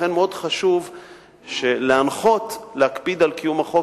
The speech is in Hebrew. לכן חשוב מאוד להנחות להקפיד על קיום החוק,